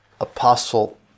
Apostle